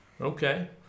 Okay